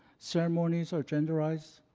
ceremonies are genderized.